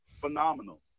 phenomenal